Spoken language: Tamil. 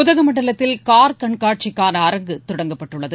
உதகமண்டலத்தில் கார் கண்காட்சிக்கான அரங்கு தொடங்கப்பட்டுள்ளது